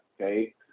okay